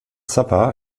zappa